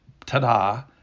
ta-da